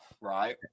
Right